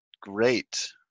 great